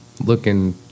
Looking